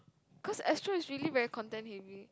because Astro is really very content heavy